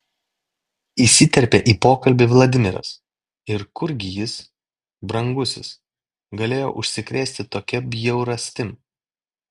įsiterpė į pokalbį vladimiras ir kurgi jis brangusis galėjo užsikrėsti tokia bjaurastim